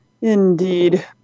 indeed